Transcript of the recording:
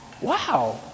Wow